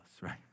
right